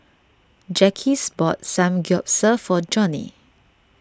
Jacquez bought Samgyeopsal for Joni